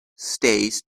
stays